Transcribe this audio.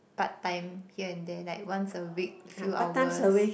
part time here and there like once a week few hours